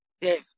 Dave